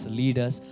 leaders